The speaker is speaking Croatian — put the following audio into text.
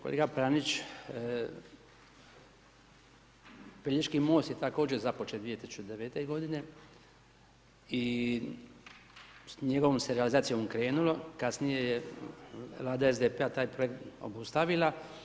Kolega Pranjić, Pelješki most je također započet 2009. g. i njihovom se realizacijom krenulo, kasnije je Vlada SDP-a taj projekt obustavila.